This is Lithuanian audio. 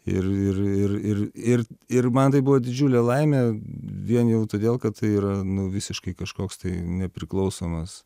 ir ir ir ir ir ir man tai buvo didžiulė laimė vien jau todėl kad tai yra nu visiškai kažkoks tai nepriklausomas